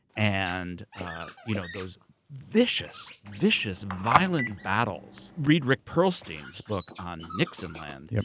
and ah you know those vicious, vicious, violent battles. read rick perlstein book on nixonland, yeah